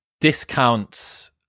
discounts